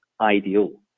ideal